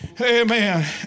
Amen